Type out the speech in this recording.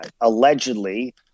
allegedly